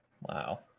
Wow